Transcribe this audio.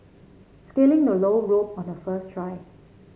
scaling the low rope on the first try